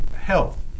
health